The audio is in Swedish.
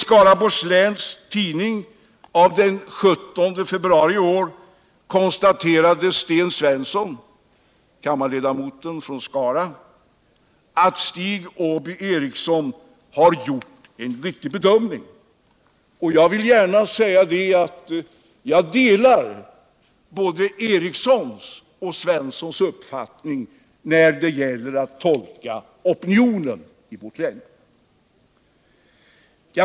Energiforskning, 170 riktig bedömning. Jag vill gärna säga att jag delar både Ericssons och Svenssons tolkning av opinionen i vårt län.